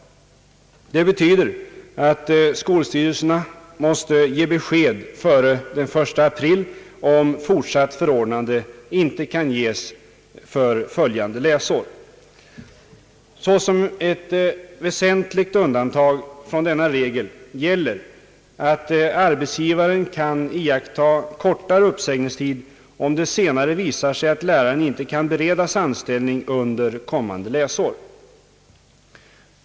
Det betyder att skolstyrelserna måste ge besked före den 1 april, om fortsatt förordnande inte kan ges för följande läsår. Såsom ett väsentligt undantag från denna regel gäller att arbetsgivaren kan iaktta kortare uppsägningstid, om det senare visar sig att läraren inte kan beredas anställning under kommande läsår.